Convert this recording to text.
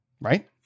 Right